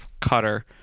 cutter